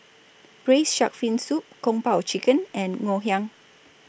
Braised Shark Fin Soup Kung Po Chicken and Ngoh Hiang